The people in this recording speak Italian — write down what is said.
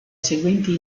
seguenti